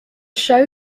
show